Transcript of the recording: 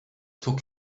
took